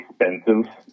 expensive